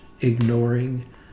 ignoring